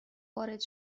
وارد